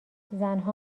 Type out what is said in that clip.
زنها